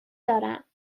دارم